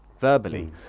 verbally